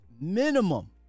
minimum